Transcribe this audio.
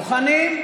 מוכנים?